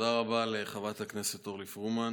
תודה רבה לחברת הכנסת אורלי פרומן,